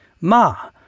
Ma